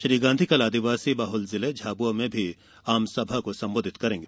श्री गांधी कल आदिवासी बहुल जिले झाबुआ में भी आमसभा को सम्बोधित करेंगे